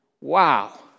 Wow